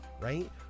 right